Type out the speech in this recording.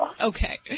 Okay